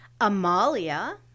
amalia